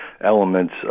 elements